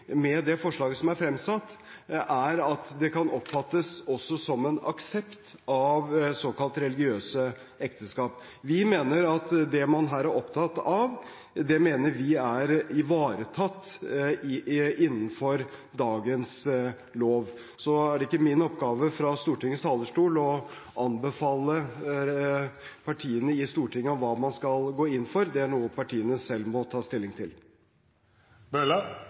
med det forslaget som er fremsatt, er at det også kan oppfattes som en aksept av såkalt religiøse ekteskap. Det man her er opptatt av, mener vi er ivaretatt innenfor dagens lov. Så er det ikke min oppgave fra Stortingets talerstol å anbefale partiene i Stortinget hva man skal gå inn for. Det er noe partiene selv må ta stilling